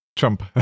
Trump